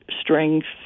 strength